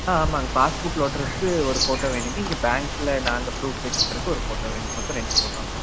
ஆ ஆமாங்க பாஸ்புக்கில் ஒட்டுறதுக்கு ஒரு ஃபோட்டோ வேணும்ங்க இங்கே பேங்க்கில் நாங்கள் புரூஃப் வச்சிக்கிறதுக்கு ஒரு ஃபோட்டோ வேணும்ங்க மொத்தம் ரெண்டு ஃபோட்டோங்க